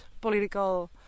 political